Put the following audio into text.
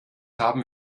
haben